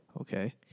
Okay